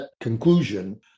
conclusion